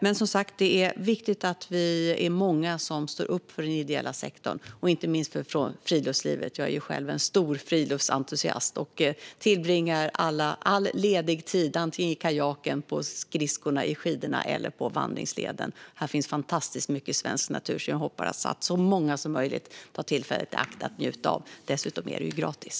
Det är som sagt viktigt att vi är många som står upp för den ideella sektorn, inte minst för friluftslivet. Jag är själv en stor friluftsentusiast och tillbringar all ledig tid antingen i kajaken, på skridskorna, på skidorna eller på vandringsleden. Det finns fantastiskt mycket svensk natur, så jag hoppas att så många som möjligt tar tillfället i akt att njuta av den. Dessutom är det ju gratis.